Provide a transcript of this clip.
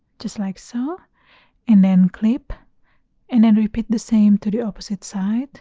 just like so and then clip and then repeat the same to the opposite side